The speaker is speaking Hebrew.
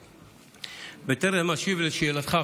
בטרם אשיב על שאלתך,